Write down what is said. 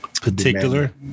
Particular